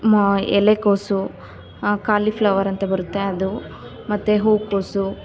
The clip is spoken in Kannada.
ಎಲೆ ಕೋಸು ಕಾಲಿಫ್ಲವರ್ ಅಂತ ಬರುತ್ತೆ ಅದು ಮತ್ತೆ ಹೂ ಕೋಸು